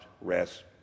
rest